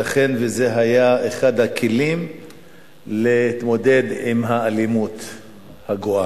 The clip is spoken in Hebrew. ייתכן שזה היה אחד הכלים להתמודד עם האלימות הגואה.